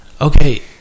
Okay